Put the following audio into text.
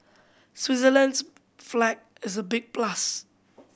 Switzerland's flag is a big plus